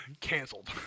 Cancelled